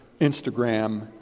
Instagram